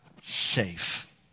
safe